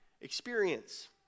experience